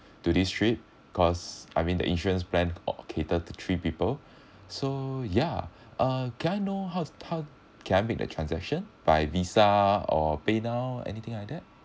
to this trip cause I mean the insurance plan or cater to three people so ya uh can I know how how can I make the transaction by visa or paynow anything like that